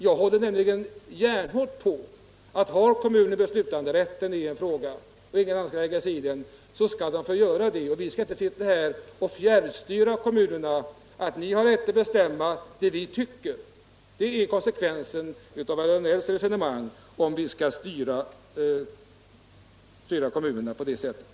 Jag håller nämligen järnhårt fast vid att om kommunen har beslutanderätten i en fråga är det kommunen som skall få besluta och ingen annan skall få lägga sig i den. Vi skall inte sitta här och fjärrstyra kommunerna och säga till dem att de har rätt att bestämma såsom vi tycker. En sådan styrning av kommunerna blir ju konsekvensen av herr Danells resonemang.